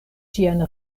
ĝian